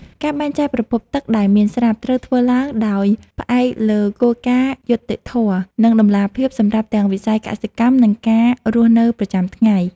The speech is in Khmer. ការបែងចែកប្រភពទឹកដែលមានស្រាប់ត្រូវធ្វើឡើងដោយផ្អែកលើគោលការណ៍យុត្តិធម៌ និងតម្លាភាពសម្រាប់ទាំងវិស័យកសិកម្ម និងការរស់នៅប្រចាំថ្ងៃ។